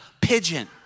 pigeon